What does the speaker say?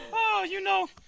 oh you know,